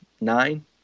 nine